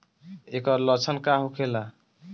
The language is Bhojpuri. ऐकर लक्षण का होखेला?